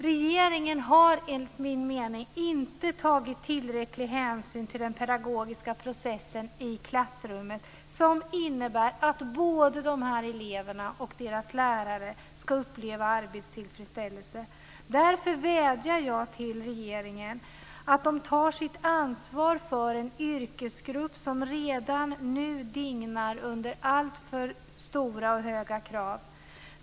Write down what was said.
Regeringen har enligt min mening inte tagit tillräcklig hänsyn till den pedagogiska process i klassrummet som innebär att både de här eleverna och deras lärare ska få uppleva arbetstillfredsställelse. Därför vädjar jag till regeringen att ta sitt ansvar för en yrkesgrupp som redan nu dignar under alltför stora och höga krav.